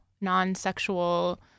non-sexual